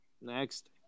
next